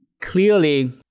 Clearly